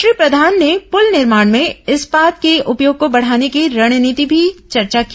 श्री प्रधान ने पुल निर्माण में इस्पात के उपयोग को बढ़ाने की रणनीति पर भी चर्चा की